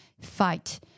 fight